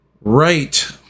Right